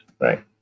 right